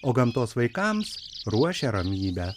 o gamtos vaikams ruošia ramybę